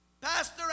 Pastor